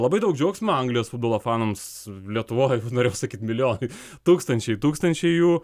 labai daug džiaugsmo anglijos futbolo fanams lietuvoj norėjau sakyt mylioj tūkstančiai tūkstančiai jų